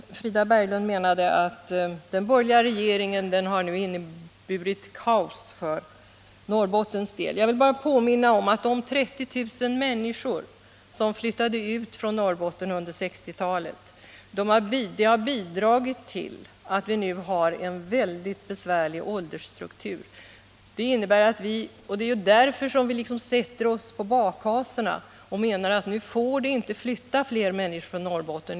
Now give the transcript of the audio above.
Frida Berglund menade att den borgerliga regeringen har inneburit kaos för Norrbottens del. Jag vill bara påminna om att de 30 000 människor som flyttade ut från Norrbotten under 1960-talet har bidragit till att vi nu har en mycket besvärlig åldersstruktur. Det är ju därför som vi liksom sätter oss på bakhasorna och menar att fler människor inte får flytta från Norrbotten.